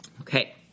Okay